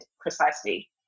precisely